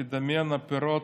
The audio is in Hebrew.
תדמיין: פירות,